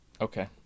Okay